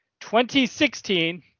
2016